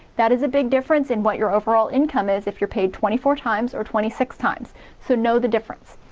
that is a big difference in what your overall income is if you're paid twenty four times or twenty six times so know the difference.